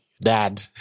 dad